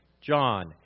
John